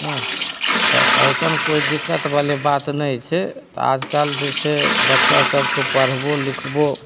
एँ तऽ अइसन कोइ दिक्कतबाली बात नहि छै आजकाल जे छै बच्चासबके पढ़बो लिखबो